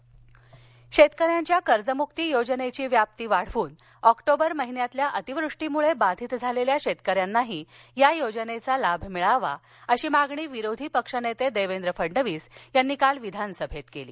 कर्जमक्ती शेतकऱ्यांच्या कर्जम्रक्ती योजनेची व्याप्ती वाढवून ऑक्टोबर महिन्यातल्या अतिवृष्टीमुळे बाधित झालेल्या शेतकऱ्यांनाही या योजनेचा लाभ मिळावा अशी मागणी विरोधी पक्ष नेते देवेंद्र फडणवीस यांनी काल विधानसभेत केली